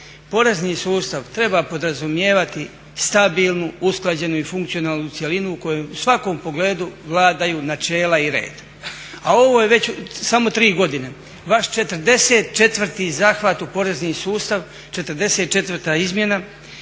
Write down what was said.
Porezni sustav treba podrazumijevati stabilnu, usklađenu i funkcionalnu cjelinu u kojoj u svakom pogledu vladaju načela i red, a ovo je već samo tri godine. Vas 44. zahvat u porezni sustav, 44. izmjena